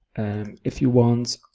and if you want